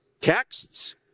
texts